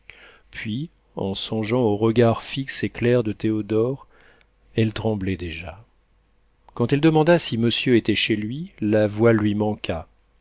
puis en songeant au regard fixe et clair de théodore elle tremblait déjà quand elle demanda si monsieur était chez lui la voix lui manqua